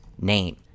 name